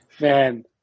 man